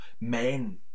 men